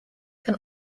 can